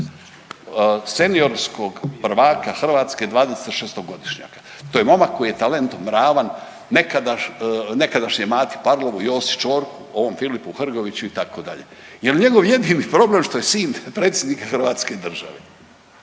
seniorskog prvaka Hrvatske dvadeset i šestogodišnjaka. To je momak koji je talentom ravan nekadašnjem Mati Parlovu, Josi Čorku, ovom Filipu Hrgoviću itd. Je li njegov jedini problem što je sin predsjednika Hrvatske države?